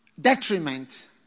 detriment